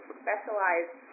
specialized